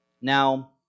Now